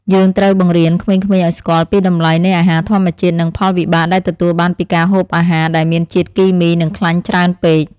យើងត្រូវបង្រៀនក្មេងៗឲ្យស្គាល់ពីតម្លៃនៃអាហារធម្មជាតិ និងផលវិបាកដែលទទួលបានពីការហូបអាហារដែលមានជាតិគីមី និងខ្លាញ់ច្រើនពេក។